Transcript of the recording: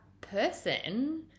person